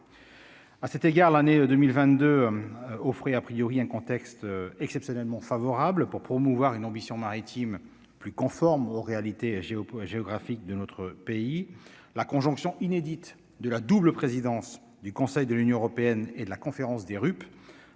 à cet égard l'année 2022 frais, a priori, un contexte exceptionnellement favorable pour promouvoir une ambition maritime plus conforme aux réalités géopolitiques géographique de notre pays, la conjonction inédite de la double présidence du Conseil de l'Union européenne et de la conférence des RUP